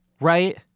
right